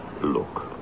Look